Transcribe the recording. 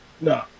No